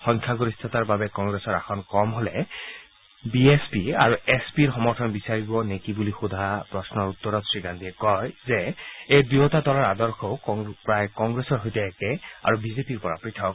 সংখ্যাগৰিষ্ঠতাৰ বাবে কংগ্ৰেছৰ আসন কম হলে বিএছপি আৰু এছ পিৰ সমৰ্থন বিচাৰিব নেকি বুলি সোধা প্ৰশ্নৰ উত্তৰত শ্ৰীগান্ধীয়ে কয় যে এই দুয়োটা দলৰ আদৰ্শও প্ৰায় কংগ্ৰেছৰ সৈতে একে আৰু বিজেপিৰ পৰা পৃথক